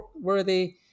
worthy